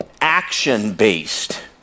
action-based